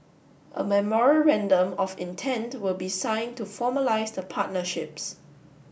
a memorandum of intent will be sign to formalise the partnerships